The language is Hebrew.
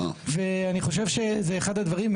אני חושב שזה אחד הדברים,